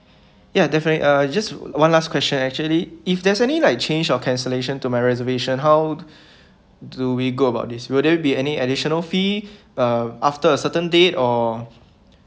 ya definitely uh just one last question actually if there's any like change or cancellation to my reservation how do we go about this will there be any additional fee uh after a certain date or